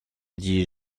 dis